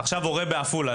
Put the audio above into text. הורה בעפולה,